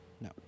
No